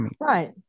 Right